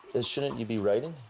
ah shouldn't you be writing?